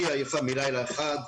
היא עייפה מלילה אחד,